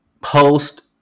post